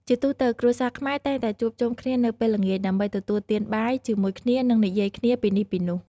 ជាទូទៅ គ្រួសារខ្មែរតែងតែជួបជុំគ្នានៅពេលល្ងាចដើម្បីទទួលទានបាយជាមួយគ្នានិងនិយាយគ្នាពីនេះពីនោះ។